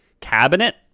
cabinet